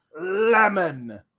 lemon